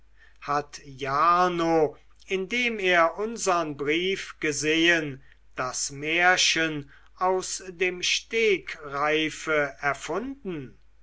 hat jarno indem er unsern brief gesehen das märchen aus dem stegreife erfunden